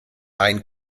ein